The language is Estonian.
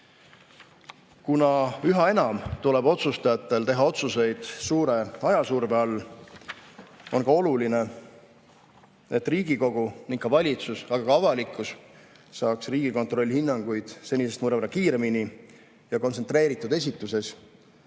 Kuna üha enam tuleb otsustajatel teha otsuseid suure ajasurve all, on oluline, et Riigikogu ning ka valitsus ja avalikkus saaks Riigikontrolli hinnanguid senisest mõnevõrra kiiremini ja kontsentreeritud esituses,